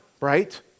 right